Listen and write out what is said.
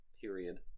period